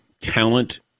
talent